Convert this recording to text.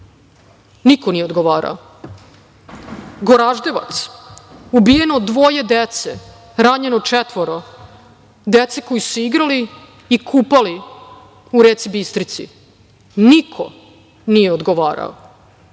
niko nije odgovarao. Goraždevac, ubijeno dvoje dece, ranjeno četvoro dece koja su se igrala i kupala u reci Bistrici. Niko nije odgovarao.